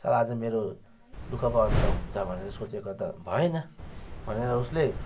र आज मेरो दुःखको अन्त हुन्छ भनेर सोचेको त भएन भनेर उसले